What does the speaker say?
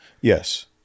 yes